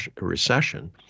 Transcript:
recession